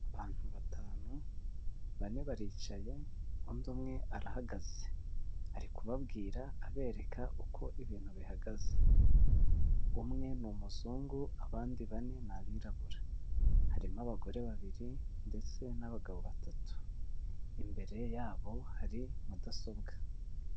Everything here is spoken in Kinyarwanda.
Abantu batanu bane baricaye undi umwe arahagaze, ari kubabwira abereka uko ibintu bihagaze, umwe ni umuzungu abandi bane ni abirabura, harimo abagore babiri ndetse n'abagabo batatu, imbere yabo hari mudasobwa.